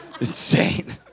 insane